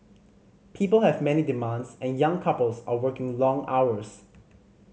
people have many demands and young couples are working long hours